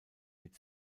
mit